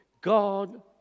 God